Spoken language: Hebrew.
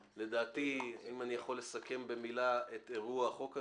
לדעתי, אם אני יכול לסכם במילה את אירוע החוק הזה,